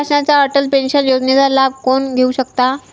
शासनाच्या अटल पेन्शन योजनेचा लाभ कोण घेऊ शकतात?